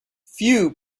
few